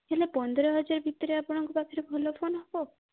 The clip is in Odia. ହେଲେ ପନ୍ଦର ହଜାର ଭିତରେ ଆପଣଙ୍କ ପାଖରେ ଭଲ ଫୋନ୍ ହେବ